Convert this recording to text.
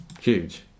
Huge